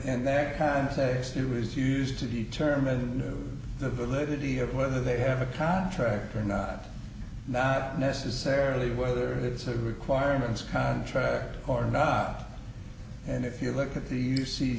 their context it was used to determine the validity of whether they have a contract or not not necessarily whether it's a requirements contract or not and if you look at the